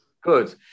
good